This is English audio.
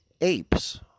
apes